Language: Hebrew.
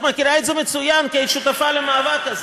את מכירה את זה מצוין, כי היית שותפה למאבק הזה.